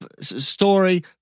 story